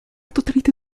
totalité